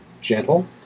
gentle